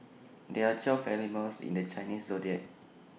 there are twelve animals in the Chinese Zodiac